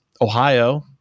Ohio